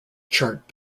chart